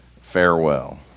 farewell